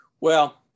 well-